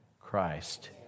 Christ